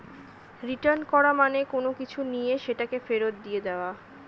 return করা মানে কোনো কিছু নিয়ে সেটাকে ফেরত দিয়ে দেওয়া